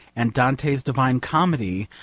and dante's divine comedy,